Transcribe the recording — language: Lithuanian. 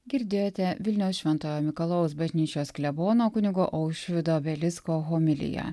girdėjote vilniaus šventojo mikalojaus bažnyčios klebono kunigo aušvydo belicko homiliją